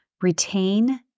retain